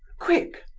quick!